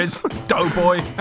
Doughboy